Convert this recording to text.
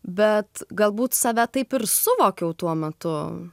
bet galbūt save taip ir suvokiau tuo metu